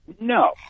No